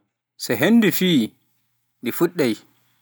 so henndu fii, ɗi fuɗɗai